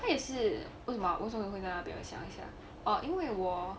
这也是为什么为什么我会在那边要想一想 orh 因为我